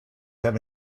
have